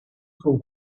con